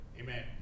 Amen